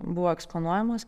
buvo eksponuojamos